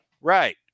Right